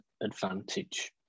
advantage